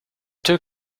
took